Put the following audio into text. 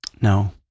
No